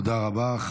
תודה רבה.